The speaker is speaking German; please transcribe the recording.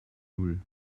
null